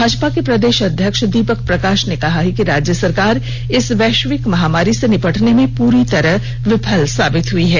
भाजपा के प्रदेष अध्यक्ष दीपक प्रकाष ने कहा है कि राज्य सरकार इस वैष्यिक महामारी से निपटने में पूरी तरह विफल साबित हुई हैं